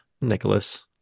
nicholas